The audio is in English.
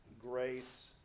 grace